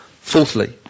Fourthly